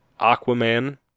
Aquaman